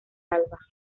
alba